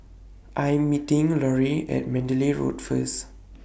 I Am meeting Loree At Mandalay Road First